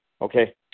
okay